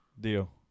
Deal